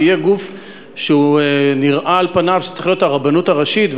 שיהיה גוף שנראה על פניו שהוא צריך להיות הרבנות הראשית,